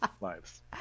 lives